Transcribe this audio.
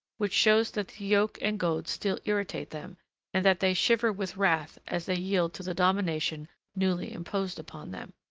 which shows that the yoke and goad still irritate them and that they shiver with wrath as they yield to the domination newly imposed upon them.